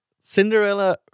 Cinderella